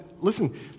listen